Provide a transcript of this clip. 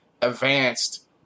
advanced